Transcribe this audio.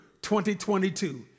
2022